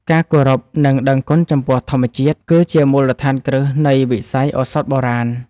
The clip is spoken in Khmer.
ការគោរព និងដឹងគុណចំពោះធម្មជាតិ គឺជាមូលដ្ឋានគ្រឹះនៃវិស័យឱសថបុរាណ។